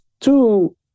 two